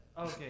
Okay